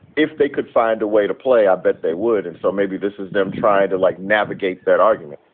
if they could find a way to play, i bet they would. and so maybe this is them trying to like navigate that argument